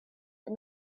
and